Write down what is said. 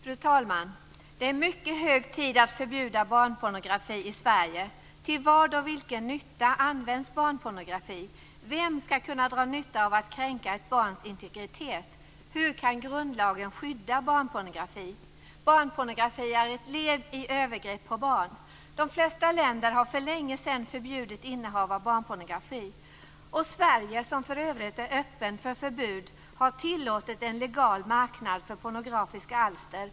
Fru talman! Det är verkligen hög tid att förbjuda barnpornografi i Sverige. Till vad och till vilken nytta används barnpornografi? Vem skall kunna dra nytta av att kränka ett barns integritet? Hur kan grundlagen skydda barnpornografi? Barnpornografi är ett led i övergrepp på barn. De flesta länder har för länge sedan förbjudit innehav av barnpornografi. Sverige, som för övrigt är öppet för förbud, har tillåtit en legal marknad för pornografiska alster.